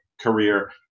career